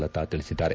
ಲತಾ ತಿಳಿಸಿದ್ದಾರೆ